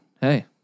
hey